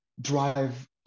drive